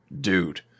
dude